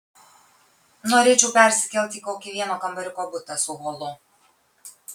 norėčiau persikelti į kokį vieno kambariuko butą su holu